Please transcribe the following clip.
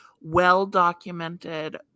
well-documented